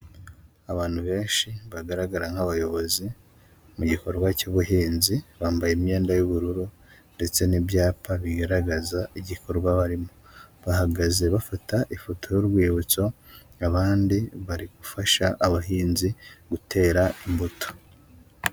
Abantu benshi bagaragara nk'abayobozi mu gikorwa cy'ubuhinzi, bambaye imyenda y'ubururu ndetse n'ibyapa bigaragaza igikorwa barimo, bahagaze bafata ifoto y'urwibutso abandi bari gufasha abahinzi gutera imbuto.